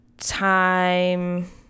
time